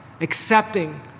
accepting